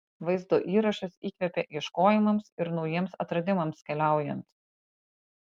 vaizdo įrašas įkvepia ieškojimams ir naujiems atradimams keliaujant